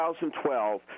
2012